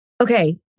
Okay